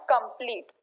complete